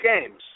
games